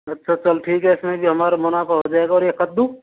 अच्छा चल ठीक है फिर भी हमारा मुनाफा हो जाएगा और ये कद्दू